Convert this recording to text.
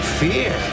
fear